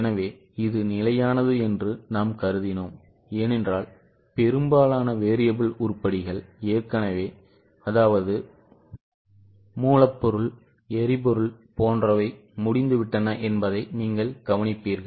எனவே இது நிலையானது என்று நாம் கருதினோம் ஏனென்றால் பெரும்பாலான variable உருப்படிகள் ஏற்கனவே மூலப்பொருள் எரிபொருள் போன்றவை முடிந்துவிட்டன என்பதை நீங்கள் கவனிப்பீர்கள்